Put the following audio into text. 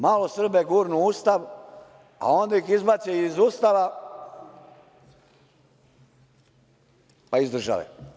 Malo Srbe gurnu u Ustav, a onda ih izbace iz Ustava, pa i iz države.